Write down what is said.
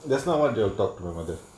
just not what you will talk to my mother